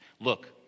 Look